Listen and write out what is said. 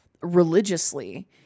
religiously